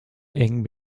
eng